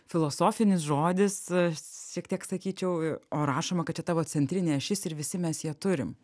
filosofinis žodis šiek tiek sakyčiau o rašoma kad čia tavo centrinė ašis ir visi mes ją turim